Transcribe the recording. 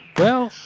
well,